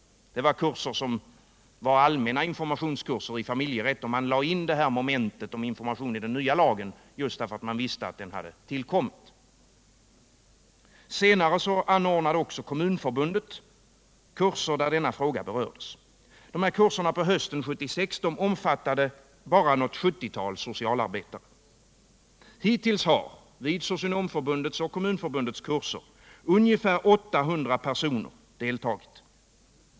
Det var i allmänna informationskurser om familjerätt som man lade in detta moment därför att man visste att den nya lagen tillkommit. Senare anordnade också Kommunförbundet kurser där denna fråga berördes. Dessa kurser på hösten 1976 omfattade bara något 70-tal socialarbetare. Hittills har ungefär 800 personer deltagit i Socionomförbundets och Kommunförbundets kurser.